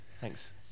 thanks